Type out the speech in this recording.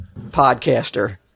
podcaster